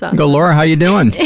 ah go, laura, how you doing?